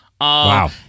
Wow